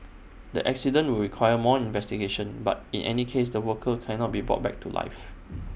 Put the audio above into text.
the accident will require more investigation but in any case the worker cannot be brought back to life